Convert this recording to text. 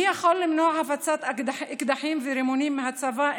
מי יכול למנוע הפצת אקדחים ורימונים מהצבא,